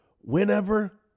whenever